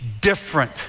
different